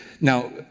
now